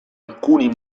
alcuni